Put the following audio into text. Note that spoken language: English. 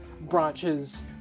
branches